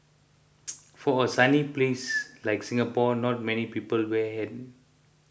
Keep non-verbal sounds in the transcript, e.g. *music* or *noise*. *noise* for a sunny place like Singapore not many people wear a hat